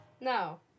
No